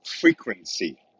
frequency